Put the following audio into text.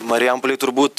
marijampolėj turbūt